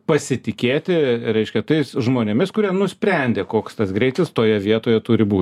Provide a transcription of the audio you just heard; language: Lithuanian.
pasitikėti reiškia tais žmonėmis kurie nusprendė koks tas greitis toje vietoje turi būt